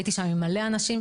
וראיתי שם מלא אנשים,